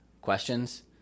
questions